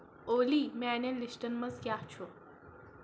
اولی ، میانین لسٹن منز کیٛاہ چھُ ؟